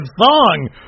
song